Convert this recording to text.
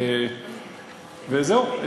זהו.